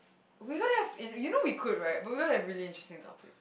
we gotta have you know we could right but we gotta have really interesting topics